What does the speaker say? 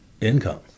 income